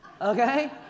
okay